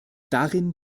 darin